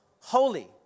holy